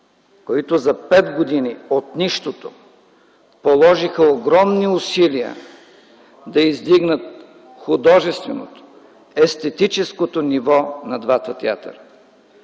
които за пет години от нищото положиха огромни усилия да издигнат художественото, естетическото ниво на двата театъра.